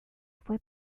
fue